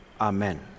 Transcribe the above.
Amen